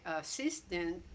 assistant